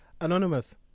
Anonymous